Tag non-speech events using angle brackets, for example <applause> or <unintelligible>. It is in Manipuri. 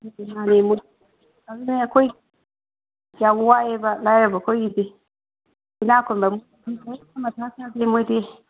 <unintelligible> ꯑꯗꯨꯅꯦ ꯑꯩꯈꯣꯏ ꯌꯥꯝ ꯋꯥꯏꯌꯦꯕ ꯂꯥꯏꯔꯕ ꯑꯩꯈꯣꯏꯒꯤꯗꯤ ꯏꯅꯥꯛ ꯈꯨꯟꯕ <unintelligible> ꯃꯊꯥ ꯁꯥꯗꯦ ꯃꯣꯏꯗꯤ